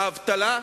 האבטלה,